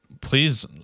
Please